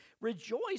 Rejoice